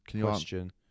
question